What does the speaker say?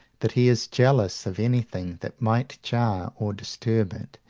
that he is jealous of anything that might jar or disturb it,